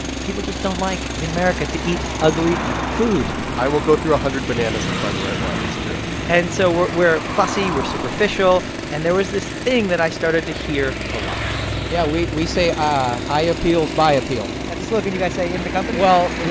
people just don't like in america to eat ugly food i will go through a hundred bananas to find the right one. it's true and so we're we're fussy. we're superficial. and there was this thing that i started to hear a lot yeah. we we say ah eye appeals, buy a peel that's a slogan you guys say in the company? well,